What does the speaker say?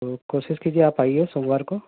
تو کوشش کیجیے آپ آئیے سوموار کو